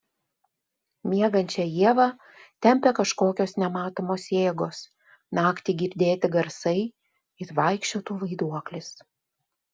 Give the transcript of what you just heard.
miegančią ievą tempia kažkokios nematomos jėgos naktį girdėti garsai it vaikščiotų vaiduoklis